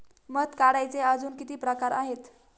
मध काढायचे अजून किती प्रकार आहेत?